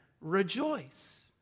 rejoice